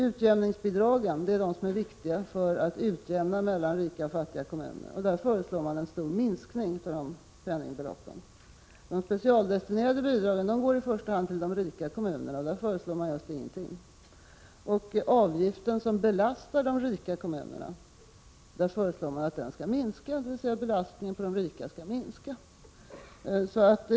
Utjämningsbidragen är det viktiga för att utjämna mellan rika och fattiga kommuner, men man föreslår en stor minskning av de penningbeloppen. De specialdestinerade bidragen går i första hand till de rika kommunerna, men där föreslår man just ingenting. Den avgift som belastar de rika kommunerna föreslår man skall minska. Det innebär att belastningen på de rika skall minska.